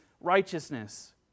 righteousness